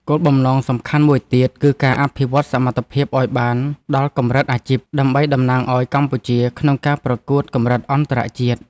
គោលបំណងសំខាន់មួយទៀត គឺការអភិវឌ្ឍសមត្ថភាពឱ្យបានដល់កម្រិតអាជីព ដើម្បីតំណាងឱ្យកម្ពុជាក្នុងការប្រកួតកម្រិតអន្តរជាតិ។